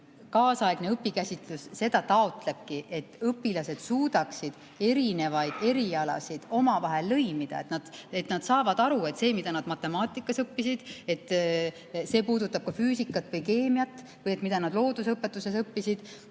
kaasaegne õpikäsitlus seda taotlebki, et õpilased suudaksid erinevaid erialasid omavahel lõimida, et nad saaksid aru, et see, mida nad matemaatikas õppisid, puudutab ka füüsikat või keemiat, või see, mida nad loodusõpetuses õppisid,